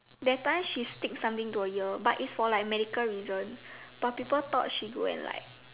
that time she stick something to her ear but is for like medical reason but people thought she go and like